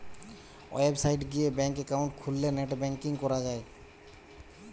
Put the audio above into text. website গিয়ে bank account খুললে net banking করা যায়